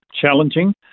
challenging